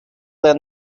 than